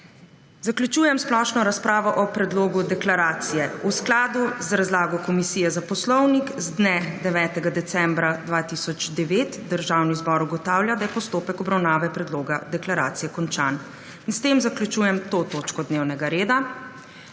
Zaključujem splošno razpravo o predlogu deklaracije. V skladu z razlago Komisije za poslovnik z dne 9. decembra 2009 Državni zbor ugotavlja, da je postopek obravnave predloga deklaracije končan. S tem zaključujem to točko dnevnega reda.